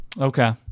Okay